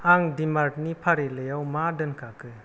आं डिमार्टनि फारिलाइआव मा दोनखाखो